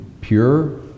pure